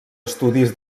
estudis